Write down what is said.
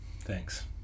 Thanks